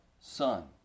son